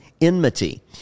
enmity